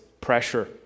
pressure